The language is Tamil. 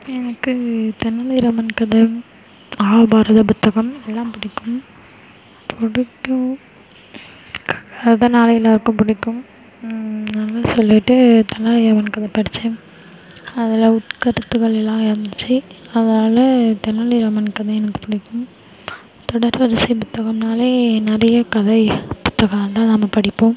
எனக்கு தெனாலிராமன் கதை மகாபாரத புத்தகம் இதெலாம் பிடிக்கும் பிடிக்கும் கதைனாலே எல்லாேருக்கும் பிடிக்கும் அப்படினு சொல்லிட்டு தெனாலிராமன் கதை படித்தேன் அதில் உட்கருத்துகளெலாம் இருந்துச்சு அதனால் தெனாலிராமன் கதை எனக்கு பிடிக்கும் தொடர் வரிசை புத்தகம்னாலே நிறைய கதை புத்தகம் வந்து நம்ம படிப்போம்